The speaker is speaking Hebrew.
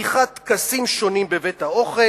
עריכת טקסים שונים בבית-האוכל,